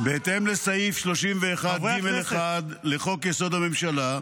בהתאם לסעיף 31(ג1) לחוק-יסוד: הממשלה,